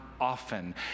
Often